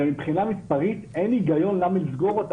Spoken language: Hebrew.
הרי מבחינה מספרית אין היגיון למה לסגור אותה,